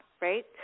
right